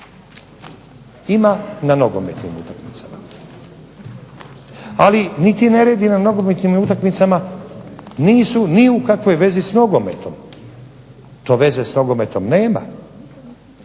Ima na nogometnim utakmicama. Ali ni ti neredi na nogometnim utakmicama nisu ni u kakvoj vezi s nogometom. To veze s nogometom nema.